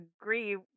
agree